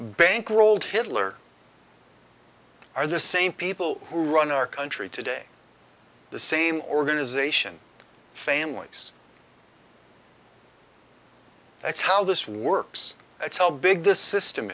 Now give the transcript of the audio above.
bankrolled hitler are the same people who run our country today the same organization families that's how this works that's how big this system